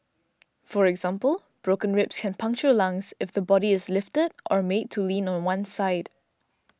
for example broken ribs can puncture lungs if the body is lifted or made to lean on one side